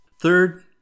Third